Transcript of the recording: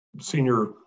senior